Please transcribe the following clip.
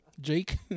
Jake